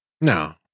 No